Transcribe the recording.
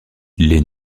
les